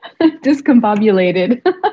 Discombobulated